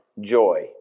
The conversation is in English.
joy